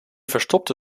verstopte